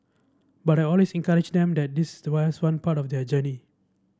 but I always encourage them that this is why as one part of their journey